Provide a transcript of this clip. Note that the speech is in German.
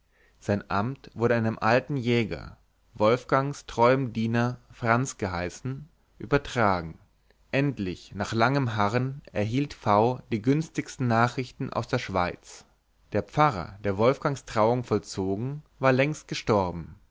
sein amt wurde einem alten jäger wolfgangs treuem diener franz geheißen übertragen endlich nach langem harren erhielt v die günstigsten nachrichten aus der schweiz der pfarrer der wolfgangs trauung vollzogen war längst gestorben